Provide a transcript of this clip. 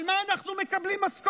על מה אנחנו מקבלים משכורת?